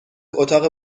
اتاق